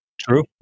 True